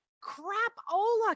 Crap-ola